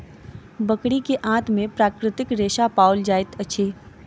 बकरी के आंत में प्राकृतिक रेशा पाओल जाइत अछि